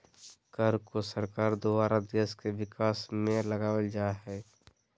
कर को सरकार द्वारा देश के विकास में लगावल जा हय